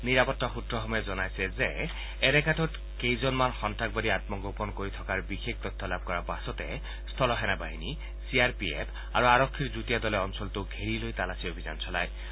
নিৰাপত্তা সূত্ৰসমূহে জনাইছে যে এলেকাটোত সন্নাসবাদী আন্মগোপন কৰি থকাৰ বিশেষ তথ্য লাভ কৰাৰ পাছতে স্থল সেনাবাহিনী চি আৰ পি এফ আৰু আৰক্ষীৰ যুটীয়া দলে অঞ্চলটো ঘেৰি লৈ তালাচী অভিযান চলাইছিল